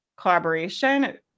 collaboration